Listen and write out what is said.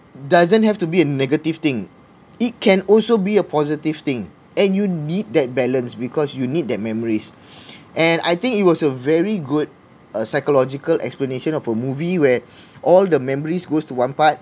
doesn't have to be a negative thing it can also be a positive thing and you need that balance because you need that memories and I think it was a very good uh psychological explanation of a movie where all the memories goes to one part